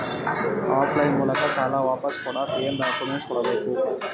Of line ಮೂಲಕ ಸಾಲ ವಾಪಸ್ ಕೊಡಕ್ ಏನು ಡಾಕ್ಯೂಮೆಂಟ್ಸ್ ಕೊಡಬೇಕು?